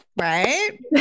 Right